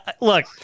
Look